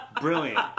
brilliant